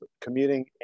commuting